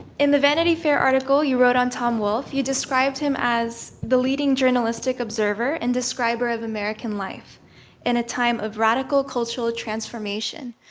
in the vanity fair article you wrote on tom wolf you described him as the leading journalistic observer and describer of american life in a time of radical cultural transformation.